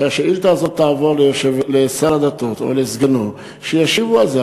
שהשאילתה הזאת תעבור לשר הדתות או לסגנו שישיבו על זה,